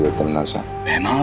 timnasa and